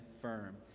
firm